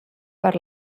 per